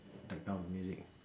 that kind of music